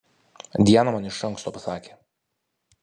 diana man iš anksto pasakė